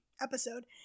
episode